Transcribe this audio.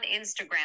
Instagram